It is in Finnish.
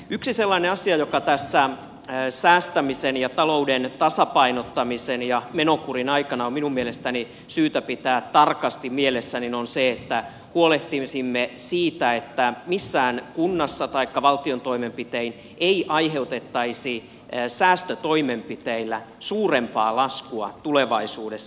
yksi sellainen asia joka tässä säästämisen ja talouden tasapainottamisen ja menokurin aikana on minun mielestäni syytä pitää tarkasti mielessä on se että huolehtisimme siitä että missään kunnassa taikka valtion toimenpitein ei aiheutettaisi säästötoimenpiteillä suurempaa laskua tulevaisuudessa